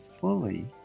fully